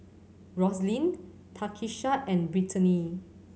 Roselyn Takisha and Brittany